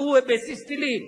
אם תפתור את הבעיה תוריד לי חלק